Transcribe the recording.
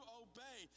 obey